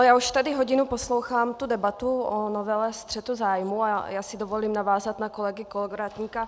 Já už tady hodinu poslouchám debatu o novele střetu zájmů a dovolím si navázat na kolegu Kolovratníka.